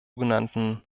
genannten